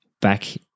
back